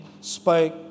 spoke